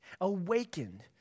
awakened